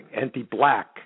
anti-black